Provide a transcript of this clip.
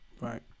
Right